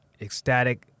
ecstatic